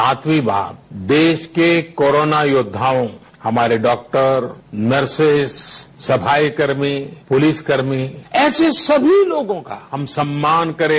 सातवीं बात देश के कोरोना योद्वाओं हमारे डॉक्टर नर्सेस सफाई कर्मी पुलिसकर्मी ऐसे सभी लोगों का हम सम्मान करें